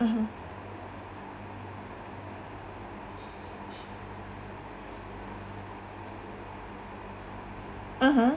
(uh huh) (uh huh)